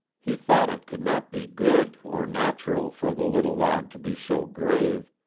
he thought it could not be good or natural for the little lad to be so grave,